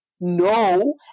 no